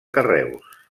carreus